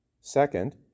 second